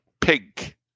pink